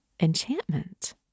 enchantment